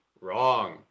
wrong